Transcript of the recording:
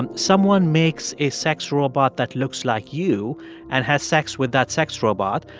and someone makes a sex robot that looks like you and has sex with that sex robot.